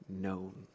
known